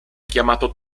chiamato